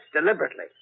deliberately